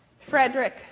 Frederick